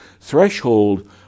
Threshold